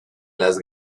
las